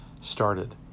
started